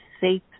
safe